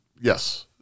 yes